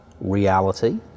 reality